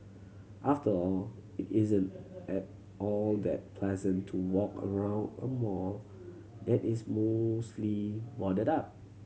after all it isn't at all that pleasant to walk around a mall that is mostly boarded up